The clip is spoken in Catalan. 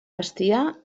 bestiar